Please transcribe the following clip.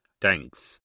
Thanks